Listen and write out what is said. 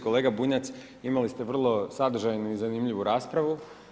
Kolega Bunjac, imali ste vrlo sadržajnu i zanimljivu raspravu.